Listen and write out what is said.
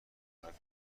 بوجود